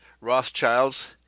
Rothschilds